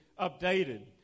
updated